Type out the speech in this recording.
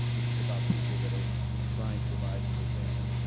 this is about people that are trying to provide for their families,